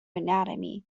anatomy